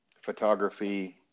photography